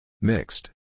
Mixed